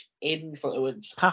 influence